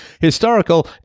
historical